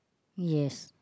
yes